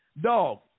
Dog